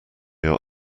your